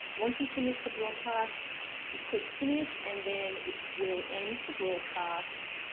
once you've finished the broadcast you click finish and then it will end the broadcast.